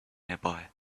nearby